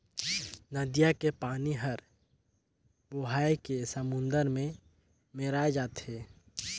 नदिया के पानी हर बोहाए के समुन्दर में मेराय जाथे